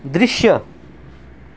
दृश्य